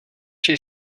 she